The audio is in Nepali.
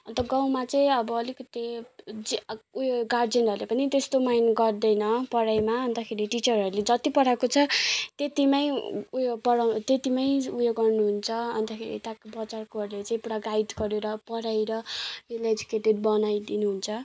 अन्त गाउँमा चाहिँ अब अलिकति उ जे उयो गार्जियनहरूले पनि त्यस्तो माइन्ड गर्दैन पढाइमा अन्तखेरि टिचरहरूले जति पढाएको छ त्यतिमै उयो पढा त्यतिमै उयो गर्नुहुन्छ अन्तखेरि यता बजारकोहरूले चाहिँ पुरा गाइड गरेर पढाइ र वेल एजुकेटेड बनाइदिनुहुन्छ